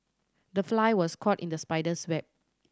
the fly was caught in the spider's web